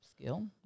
Skill